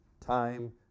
time